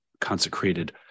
consecrated